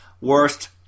worst